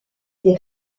des